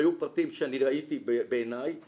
היו פרטים שאני ראיתי בעיניי ואמרתי,